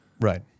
Right